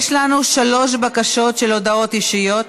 יש לנו שלוש בקשות להודעות אישיות.